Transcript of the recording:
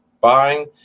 buying